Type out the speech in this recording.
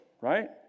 right